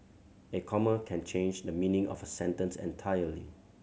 a comma can change the meaning of a sentence entirely